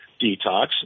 detox